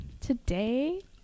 today